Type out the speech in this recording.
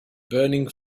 burning